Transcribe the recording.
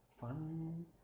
fun